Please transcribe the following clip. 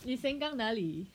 你 Sengkang 哪里